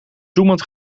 zoemend